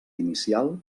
inicial